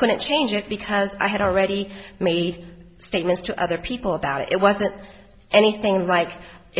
couldn't change it because i had already made statements to other people about it wasn't anything like